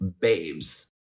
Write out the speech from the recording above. babes